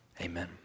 Amen